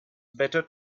better